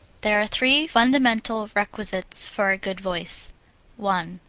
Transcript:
there are three fundamental requisites for a good voice one.